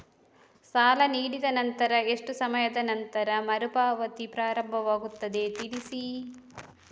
ಸಾಲ ನೀಡಿದ ನಂತರ ಎಷ್ಟು ಸಮಯದ ನಂತರ ಮರುಪಾವತಿ ಪ್ರಾರಂಭವಾಗುತ್ತದೆ ತಿಳಿಸಿ?